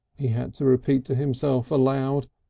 he had to repeat to himself aloud,